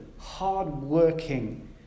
hard-working